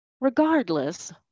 regardless